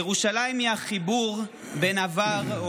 ירושלים היא חיבור בין עבר,